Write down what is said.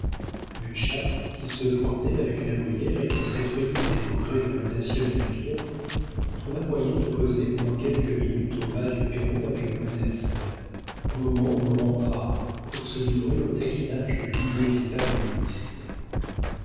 qui se promenait avec la brière et qui s'effrayait des progrès de l'audacieux melchior trouva moyen de causer pendant quelques minutes au bas du perron avec modeste au moment où l'on rentra pour se livrer aux taquinages de l'inévitable whist